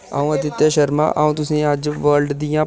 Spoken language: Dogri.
अ'ऊं अदित्य शर्मा अ'ऊं अज्ज तुसेगी वर्ल्ड दियां